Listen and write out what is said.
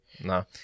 No